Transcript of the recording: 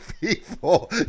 people